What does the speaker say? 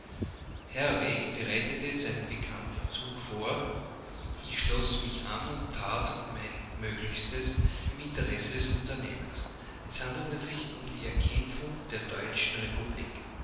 fort herwegh bereitete seinen bekannten zug vor ich schloß mich an und tat mein möglichstes im interesse des unternehmens es handelte sich um die erkämpfung der deutschen republik